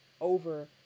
over